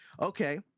okay